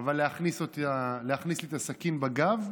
אבל להכניס לי את הסכין בגב,